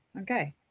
Okay